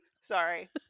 Sorry